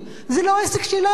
זה לא עסק שלנו,